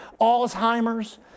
Alzheimer's